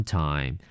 time